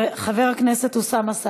חבר הכנסת אוסאמה סעדי.